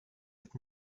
cette